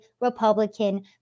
Republican